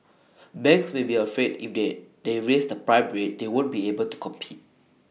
banks may be afraid if they they raise the prime rate they won't be able to compete